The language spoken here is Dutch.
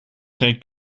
geen